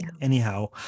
anyhow